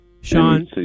Sean